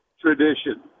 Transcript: tradition